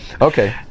Okay